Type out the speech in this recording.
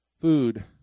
food